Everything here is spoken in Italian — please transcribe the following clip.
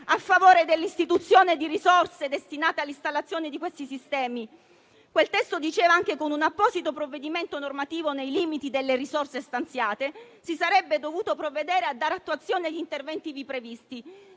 a favore dell'istituzione di risorse destinate all'installazione dei sistemi di cui sto parlando. Quel testo diceva anche che con un apposito provvedimento normativo, nei limiti delle risorse stanziate, si sarebbe dovuto provvedere a dare attuazione agli interventi ivi previsti.